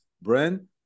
brand